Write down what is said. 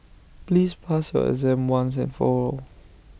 please pass your exam once and for all